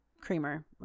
creamer